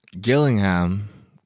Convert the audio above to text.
Gillingham